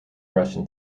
russian